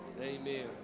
Amen